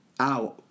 Ow